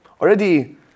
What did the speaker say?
already